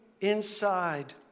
inside